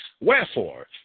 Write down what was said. Wherefore